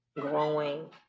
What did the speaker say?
growing